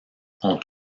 ont